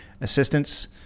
assistance